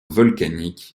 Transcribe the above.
volcanique